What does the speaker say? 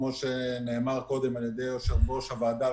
כמו שאמר יושב-ראש הוועדה,